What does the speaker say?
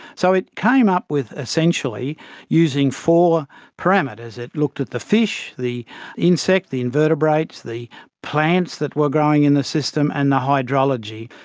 so it came up with essentially using four parameters. it looked at the fish, the insects, the invertebrates, the plants that were growing in the system, and the hydrology.